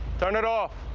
turn it off.